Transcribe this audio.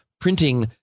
printing